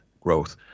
growth